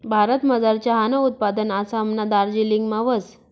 भारतमझार चहानं उत्पादन आसामना दार्जिलिंगमा व्हस